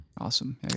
Awesome